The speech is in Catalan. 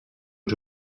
els